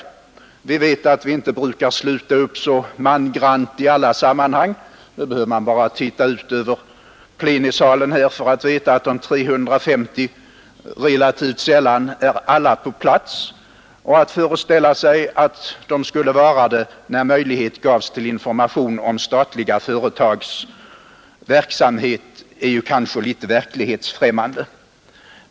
Vi vet att ledamöterna inte brukar sluta upp så mangrant i alla sammanhang. Man behöver bara titta ut över plenisalen för att få en påminnelse om att alla 350 relativt sällan är på plats, och att föreställa sig att de alla skulle vara närvarande när information gavs om statliga företags verksamhet är kanske litet verklighetsfrämmande.